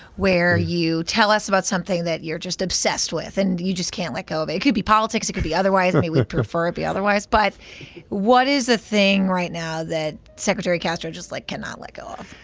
where you tell us about something that you're just obsessed with and you just can't let go it. it could be politics. it could be otherwise. i mean, we'd prefer it be otherwise. but what is the thing right now that secretary castro just, like, cannot let go of?